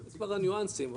אלו הניואנסים,